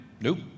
Nope